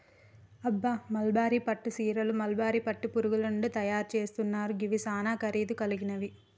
అబ్బ మల్బరీ పట్టు సీరలు మల్బరీ పట్టు పురుగుల నుంచి తయరు సేస్తున్నారు గివి సానా ఖరీదు గలిగినవి